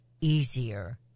easier